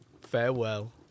Farewell